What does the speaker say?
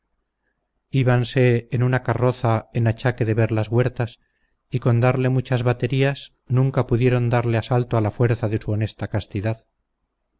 regalos íbanse en una carroza en achaque de ver las huertas y con darle muchas baterías nunca pudieron darle asalto a la fuerza de su honesta castidad